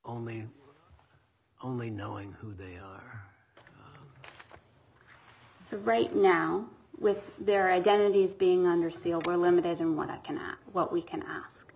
only only knowing who they are right now with their identities being under seal were limited in what i can what we can ask